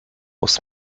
was